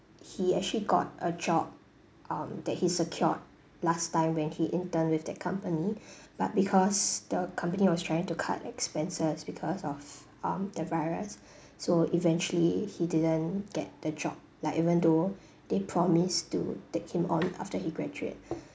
he actually got a job um that he secured last time when he intern with that company but because the company was trying to cut expenses because of um the virus so eventually he didn't get the job like even though they promise to take him on after he graduate